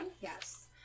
Yes